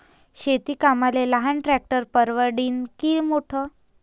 शेती कामाले लहान ट्रॅक्टर परवडीनं की मोठं?